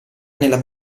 nella